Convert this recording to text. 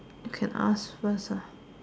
can ask first ah